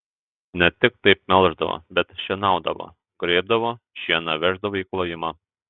ne tik taip melždavo bet šienaudavo grėbdavo šieną veždavo į klojimą